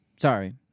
Sorry